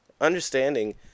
Understanding